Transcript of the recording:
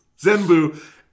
Zenbu